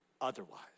otherwise